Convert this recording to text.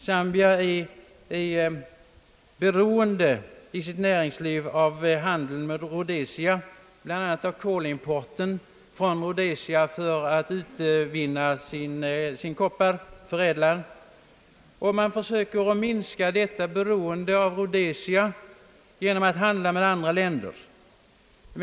Zambia är beroende av handeln med Rhodesia, bl.a. av kolimporten från detta land för att kunna förädla sin koppar. Man försöker minska detta beroende av Rhodesia genom att handla med andra länder.